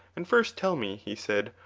and first tell me, he said,